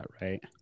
right